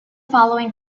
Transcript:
following